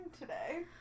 today